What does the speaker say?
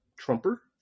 Trumper